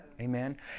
Amen